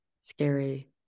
scary